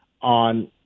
on